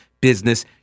business